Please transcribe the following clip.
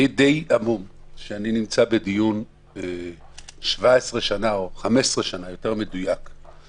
אני די המום מכך שאני נמצא בדיון 15 שנים אחרי המעשים